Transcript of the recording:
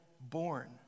born